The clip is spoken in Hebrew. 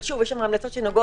אבל שוב יש שם המלצות שנוגעות